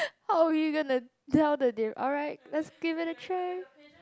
how are we gonna tell the they~ alright lets give it a try